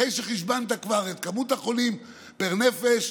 אחרי שחשבנת כבר את מספר החולים פר נפש,